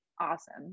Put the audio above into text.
awesome